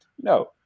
No